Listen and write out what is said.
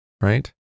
right